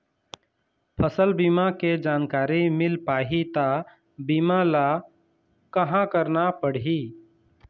फसल बीमा के जानकारी मिल पाही ता बीमा ला कहां करना पढ़ी?